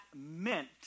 meant